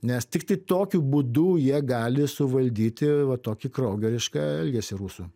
nes tiktai tokiu būdu jie gali suvaldyti va tokį kraugerišką elgesį rusų